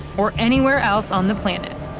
or anywhere else on the planet.